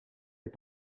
est